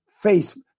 face